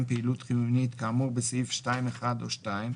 פעילות חיונית כאמור בסעיף 2(1) או (2),